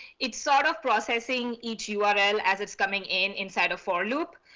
it sort of processing each yeah url as it's coming in inside a four loop.